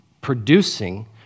producing